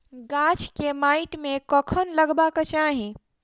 गाछ केँ माइट मे कखन लगबाक चाहि?